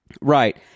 Right